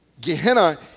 Gehenna